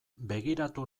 begiratu